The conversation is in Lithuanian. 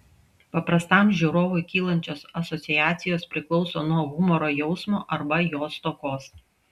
paprastam žiūrovui kylančios asociacijos priklauso nuo humoro jausmo arba jo stokos